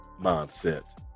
mindset